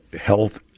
Health